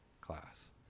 class